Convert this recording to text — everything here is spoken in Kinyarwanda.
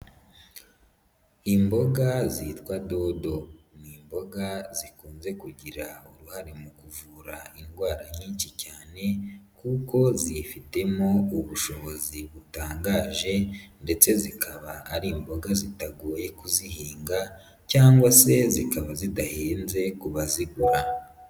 Imboga zitwa dodo ni imboga zikunze kugira uruhare mu kuvura indwara nyinshi cyane, kuko zifitemo ubushobozi butangaje ndetse zikaba ari imboga zitagoye kuzihinga, cyangwa se zikaba zidahinze ku bazigura.